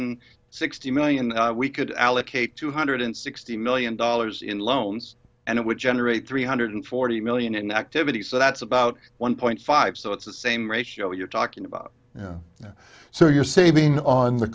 hundred sixty million we could allocate two hundred sixty million dollars in loans and it would generate three hundred forty million in activity so that's about one point five so it's the same ratio you're talking about so you're saving on the